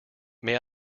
may